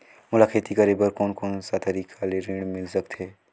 मोला खेती करे बर कोन कोन सा तरीका ले ऋण मिल सकथे?